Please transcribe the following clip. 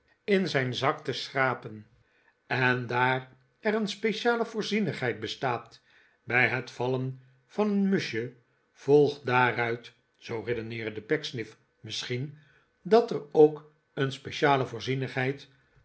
in zijn zak te schrapen en daar er een speciale voorzienigheid bestaat bij het vallen van een muschje volgt daaruit zoo redeneerde pecksniff misschien dat er ook een speciale